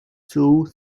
two